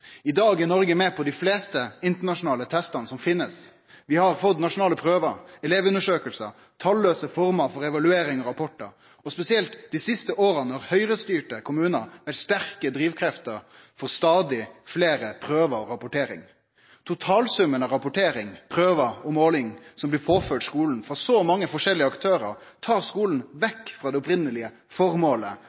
I dag er Noreg med på dei fleste internasjonale testane som finst. Vi har fått nasjonale prøver, elevundersøkingar, tallause former for evaluering og rapportar. Og spesielt dei siste åra har høgrestyrte kommunar vore sterke drivkrefter for stadig fleire prøver og rapporteringar. Totalsummen av rapportering, prøver og målingar som blir påførte skulen frå så mange forskjellige aktørar, tar skulen vekk frå det opphavlege formålet